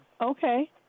Okay